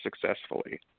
successfully